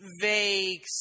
vague